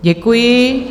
Děkuji.